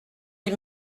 les